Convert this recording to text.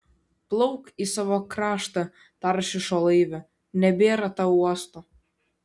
plauk į savo kraštą taršišo laive nebėra tau uosto